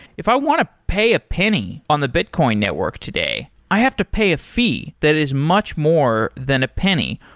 if i want to pay a penny on the bitcoin network today, i have to pay a fee that is much more than a penny.